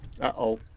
Uh-oh